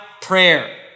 prayer